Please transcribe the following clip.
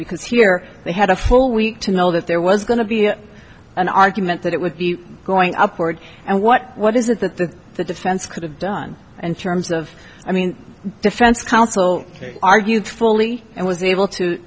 because here they had a full week to know that there was going to be an argument that it would be going upward and what what is it that the defense could have done in terms of i mean defense counsel argued fully and was able to